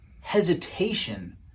hesitation